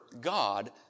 God